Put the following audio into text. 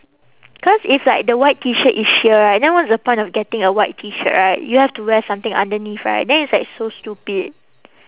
cause if like the white T shirt is sheer right then what's the point of getting a white T shirt right you have to wear something underneath right then it's like so stupid